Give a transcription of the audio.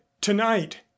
tonight